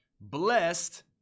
Blessed